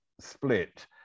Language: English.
split